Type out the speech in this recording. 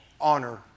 honor